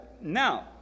now